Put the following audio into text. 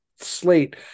slate